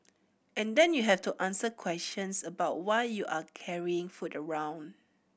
and then you have to answer questions about why you are carrying food around